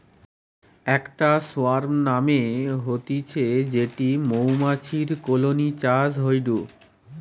ইকটা সোয়ার্ম মানে হতিছে যেটি মৌমাছির কলোনি চাষ হয়ঢু